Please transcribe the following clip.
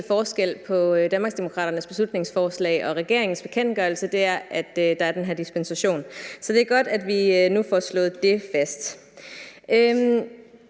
forskel på Danmarksdemokraternes beslutningsforslag og regeringens bekendtgørelse, at der er den her dispensation. Så det er godt, at vi nu får slået det fast.